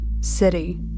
City